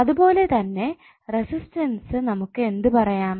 അതുപോലെ തന്നെ റെസിസ്റ്റൻസ് നമുക്ക് എന്ത് പറയാം